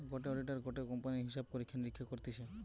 গটে অডিটার গটে কোম্পানির হিসাব পরীক্ষা নিরীক্ষা করতিছে